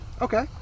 Okay